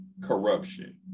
corruption